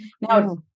Now